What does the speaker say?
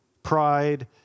pride